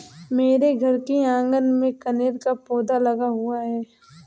मेरे घर के आँगन में कनेर का पौधा लगा हुआ है